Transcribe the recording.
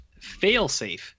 Failsafe